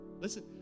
listen